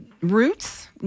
roots